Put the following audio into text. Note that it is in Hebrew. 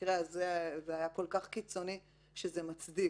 שבמקרה הזה שהיה כל כך קיצוני זה מצדיק.